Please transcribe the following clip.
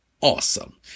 awesome